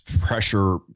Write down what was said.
pressure